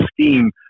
scheme